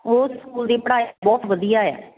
ਉਸ ਸਕੂਲ ਦੀ ਪੜ੍ਹਾਈ ਬਹੁਤ ਵਧੀਆ ਹੈ